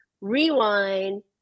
rewind